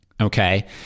Okay